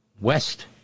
West